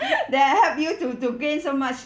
that I helped you to to gain so much